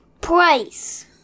Price